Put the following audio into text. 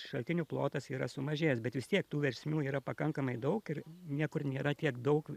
šaltinių plotas yra sumažėjęs bet vis tiek tų versmių yra pakankamai daug ir niekur nėra tiek daug